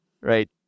right